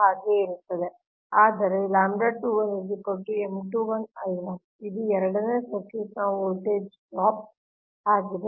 ಹಾಗೆ ಇರುತ್ತದೆ ಆದರೆ ಇದು ಎರಡನೇ ಸರ್ಕ್ಯೂಟ್ನ ವೋಲ್ಟೇಜ್ ಡ್ರಾಪ್ ಆಗಿದೆ